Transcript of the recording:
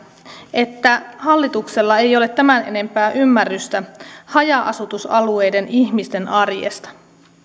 että hallituksella ei ole tämän enempää ymmärrystä haja asutusalueiden ihmisten arjesta